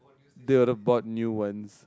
they would've bought new ones